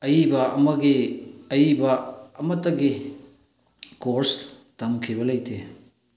ꯑꯏꯕ ꯑꯃꯒꯤ ꯑꯏꯕ ꯑꯃꯠꯇꯒꯤ ꯀꯣꯔ꯭ꯁ ꯇꯝꯈꯤꯕ ꯂꯩꯇꯦ